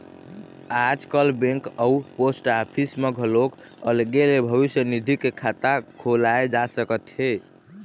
आजकाल बेंक अउ post office म घलोक अलगे ले भविस्य निधि के खाता खोलाए जा सकत हे